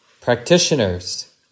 Practitioners